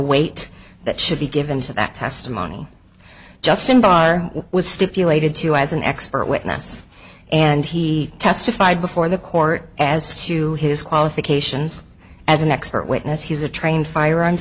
weight that should be given to that testimony justin barr was stipulated to as an expert witness and he testified before the court as to his qualifications as an expert witness he's a trained firearms